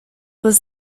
was